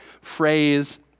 phrase